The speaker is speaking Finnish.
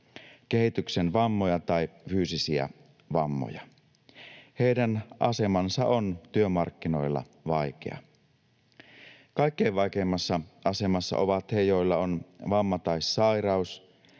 kehityksen vammoja tai fyysisiä vammoja. Heidän asemansa työmarkkinoilla on vaikea. Kaikkein vaikeimmassa asemassa ovat he, joilla on vamma tai sairaus,